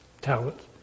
talents